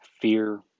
Fear